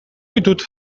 ditut